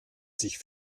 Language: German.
sich